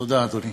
תודה, אדוני.